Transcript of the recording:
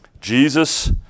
Jesus